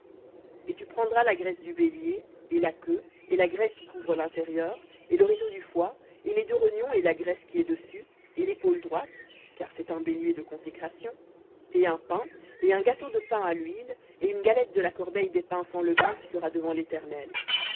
et tu prendras la graisse du bélier et la queue et la graisse qui couvre l'intérieur et le réseau du foie et les deux rognons et la graisse qui est dessus et l'épaule droite et un pain et un gâteau de pain à l'huile et une galette de la corbeille des pains sans levain qui sera devant l'éternel